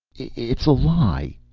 it's a lie,